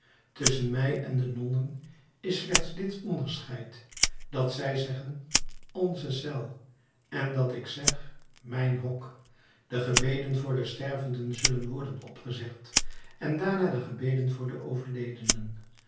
tusschen mij en de nonnen is slechts dit onderscheid dat zij zeggen onze cel en dat ik zeg mijn hok de gebeden voor de stervenden zullen worden opgezegd en daarna de gebeden voor de overledenen